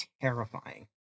terrifying